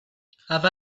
have